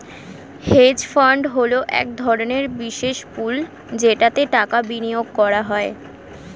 hedge fund হলো এক ধরনের বিশেষ পুল যেটাতে টাকা বিনিয়োগ করা হয়